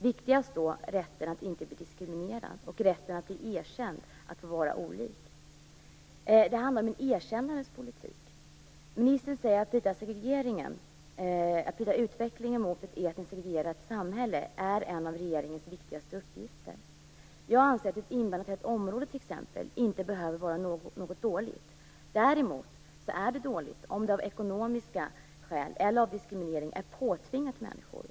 Viktigast är rätten att inte bli diskriminerad, rätten att bli erkänd, att få vara olik. Det handlar om en erkännandets politik. Att bryta segregeringen, bryta utvecklingen mot ett etniskt segregerat samhälle, är en av regeringens viktigaste uppgifter, säger ministern. Jag anser att t.ex. ett invandrartätt område inte behöver vara något dåligt. Däremot är det dåligt om det av ekonomiska skäl eller på grund av diskriminering är påtvingat människor.